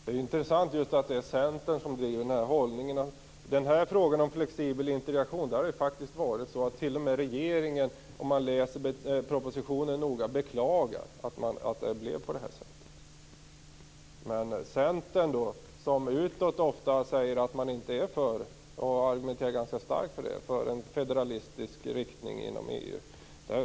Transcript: Herr talman! Det är intressant att Centern driver denna inställning. T.o.m. regeringen beklagar i propositionen att det blev så med frågan om flexibel integration. Centern säger utåt att man inte är för och argumenterar ofta för en federalistisk riktning inom EU.